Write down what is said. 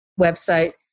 website